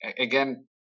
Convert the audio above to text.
again